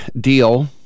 deal